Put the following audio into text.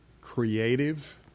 creative